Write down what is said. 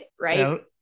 right